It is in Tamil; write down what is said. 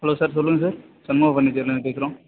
ஹலோ சார் சொல்லுங்க சார் சண்முக பாண்டி பேசுகிறோம்